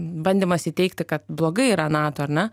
bandymas įteigti kad blogai yra nato ar ne